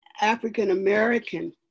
African-American